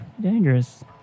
dangerous